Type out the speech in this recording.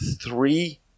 three